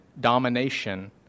domination